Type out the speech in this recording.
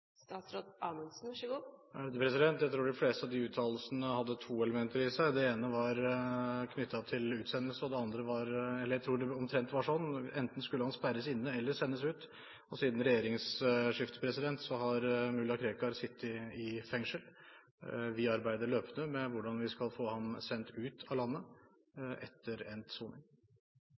Jeg tror at de fleste av de uttalelsene hadde to elementer i seg. Det ene var knyttet til utsendelse – eller jeg tror det var omtrent sånn: Enten skulle han sperres inne eller sendes ut. Siden regjeringsskiftet har mulla Krekar sittet i fengsel. Vi arbeider løpende med hvordan vi skal få ham sendt ut av landet etter endt soning.